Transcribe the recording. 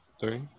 three